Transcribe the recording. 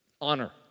Honor